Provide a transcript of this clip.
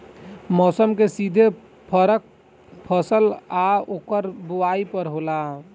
मौसम के सीधे फरक फसल आ ओकर बोवाई पर होला